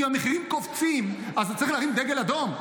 אם המחירים קופצים אז צריך להרים דגל אדום.